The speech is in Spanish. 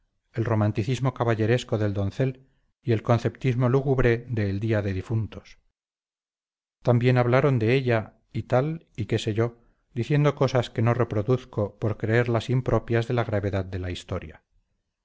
el romanticismo caballeresco del doncel y el conceptismo lúgubre de el día de difuntos también hablaron de ella y tal y qué sé yo diciendo cosas que no reproduzco por creerlas impropias de la gravedad de la historia